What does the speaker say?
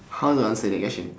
how to answer that question